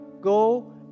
go